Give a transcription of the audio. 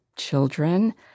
children